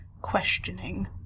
questioning